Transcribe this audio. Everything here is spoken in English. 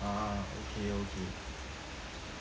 ah okay okay